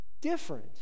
different